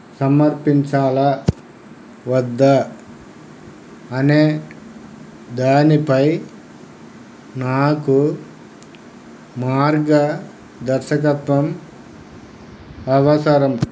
సమర్పించాలా వద్దా అనే దానిపై నాకు మార్గ దర్శకత్వం అవసరం